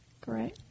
Great